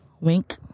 Wink